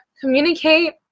communicate